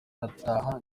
arataha